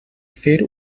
fer